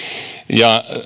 ja